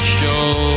show